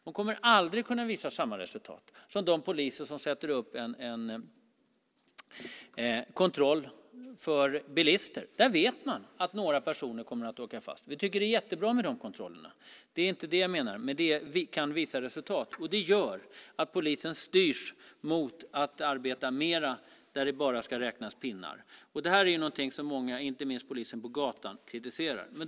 De kommer aldrig att kunna visa samma resultat som de poliser som sätter upp en kontroll för bilister. Där vet man att några personer kommer att åka fast. Vi tycker att det är jättebra med de kontrollerna - det är inte det jag menar. Men det kan visa resultat, och det gör att polisen styrs mot att arbeta mera där det bara ska räknas pinnar. Det här är något som många, inte minst polisen på gatan, kritiserar.